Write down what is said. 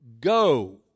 Go